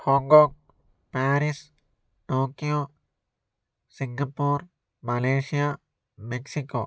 Hong Kong Paris Tokyo Singapore Malaysia Mexico